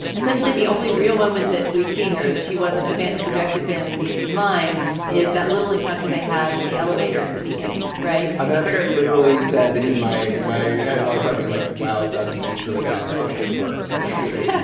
essentially the only real moment that we've seen her that she wasn't a fan of projected fantasy of his mind is that little encounter they have in the elevator at the beginning. right i mean i think i literally said in my in my head while i was watching it like wow zb is really got a dog shit part in this movie. yeah